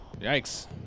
yikes